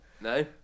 no